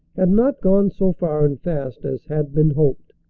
had not gone so far and fast as had been hoped.